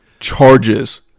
Charges